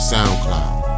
Soundcloud